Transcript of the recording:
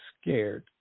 scared